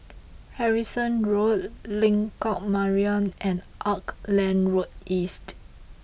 Harrison Road Lengkok Mariam and Auckland Road East